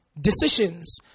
decisions